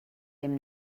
dem